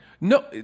No